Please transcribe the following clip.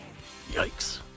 Yikes